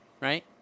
right